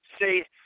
say